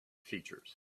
features